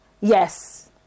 yes